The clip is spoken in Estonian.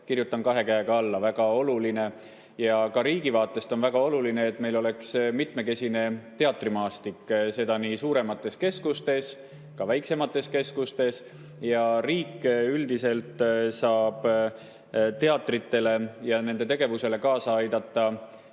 kirjutan kahe käega alla. See on väga oluline. Ka riigi vaatest on väga oluline, et meil oleks mitmekesine teatrimaastik nii suuremates keskustes kui ka väiksemates keskustes. Riik üldiselt saab teatritele ja nende tegevusele kaasa aidata